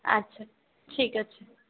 আচ্ছা ঠিক আছে